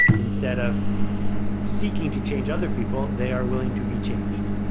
instead of seeking to change other people, they are willing to be changed.